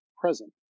present